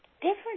different